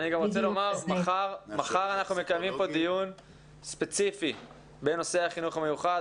מחר אנחנו מקיימים כאן דיון ספציפי בנושא החינוך המיוחד.